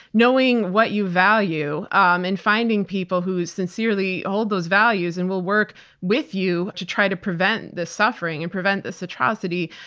knowing what you value um and finding people who sincerely hold those values and will work with you to try to prevent this suffering and prevent this atrocity,